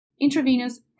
intravenous